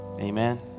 amen